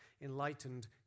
enlightened